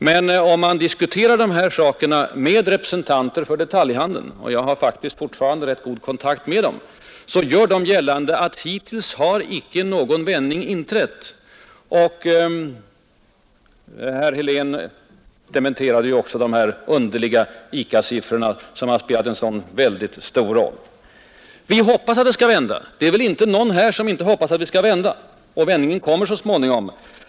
Men om man diskuterar omsättningsutvecklingen med representanter för detaljhandeln — jag har fortfarande goda kontakter med den — gör man där gällande att hittills har icke någon vändning till det bättre inträtt. Herr Helén dementerade nyss de underliga ICA-siffror som spelat en så stor roll för debatten. Vi hoppas att läget snart skall bli bättre. Det är väl inte någon här som inte hoppas på en sådan vändning. Och den kommer så småningom.